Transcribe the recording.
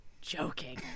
joking